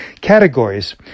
categories